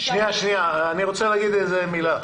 חודשים --- אני רוצה להגיד מילה.